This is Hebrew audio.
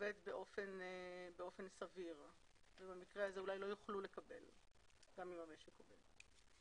עובד סביר ב ובמקרה הזה אולי לא יוכלו לקבל גם אם המשק עובד.